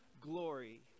glory